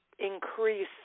Increase